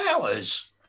hours